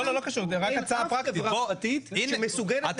אין אף חברה פרטית שמסוגלת --- הנה,